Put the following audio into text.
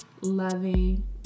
loving